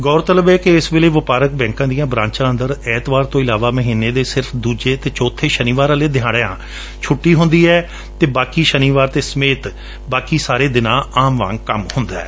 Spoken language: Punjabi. ਗੌਰਤਲਬ ਏ ਕਿ ਇਸ ਵੇਲੇ ਵਪਾਰਕ ਬੈਂਕਾਂ ਦੀਆਂ ਬਰਾਂਚਾਂ ਅੰਦਰ ਐਤਵਾਰ ਤੋਂ ਇਲਾਵਾ ਮਹੀਨੇ ਦੇ ਸਿਰਫ ਦੁਜੇ ਅਤੇ ਚੌਥੇ ਸ਼ਨੀਵਾਰ ਵਾਲੇ ਦਿਹਾਤਿਆਂ ਛੁੱਟੀ ਹੁੰਦੀ ਏ ਅਤੇ ਬਾਕੀ ਸ਼ਾਨੀਵਾਰ ਸਮੇਤ ਬਾਕੀ ਸਾਰੇ ਦਿਨਾਂ ਆਮ ਵਾਂਗ ਕੰਮਕਾਰ ਹੁੰਦੈ